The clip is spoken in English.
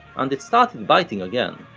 and it started biting again,